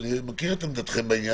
אני מכיר את עמדתכם בעניין,